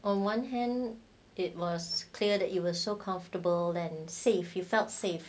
on one hand it was clear that it was so comfortable and safe you felt safe